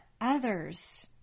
others